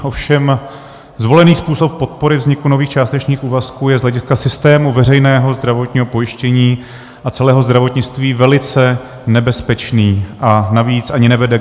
Ovšem zvolený způsob podpory vzniku nových částečných úvazků je z hlediska systému veřejného zdravotního pojištění a celého zdravotnictví velice nebezpečný, a navíc ani nevede k deklarovanému cíli.